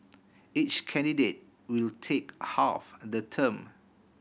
each candidate will take half the term